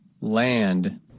Land